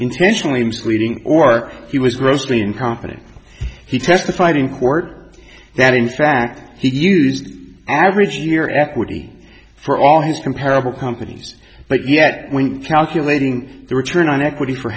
intentionally misleading or he was grossly incompetent he testified in court that in fact he used average year equity for all his comparable companies but yet when calculating the return on equity for